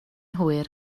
hwyr